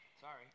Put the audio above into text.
sorry